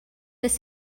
this